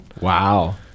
Wow